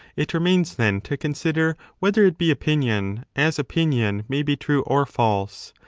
it remains, then, to consider whether it be opinion, as opinion may be true or false.